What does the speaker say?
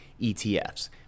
ETFs